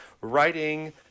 writing